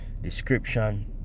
description